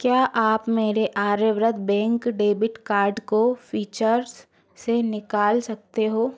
क्या आप मेरे आर्यव्रत बेंक डेबिट कार्ड को फीचर्स से निकाल सकते हो